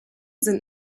sind